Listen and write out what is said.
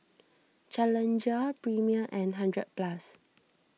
Challenger Premier and hundred Plus